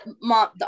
mom